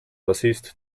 bassist